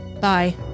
Bye